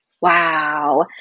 Wow